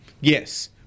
Yes